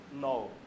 No